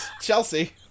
Chelsea